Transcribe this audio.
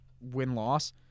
win-loss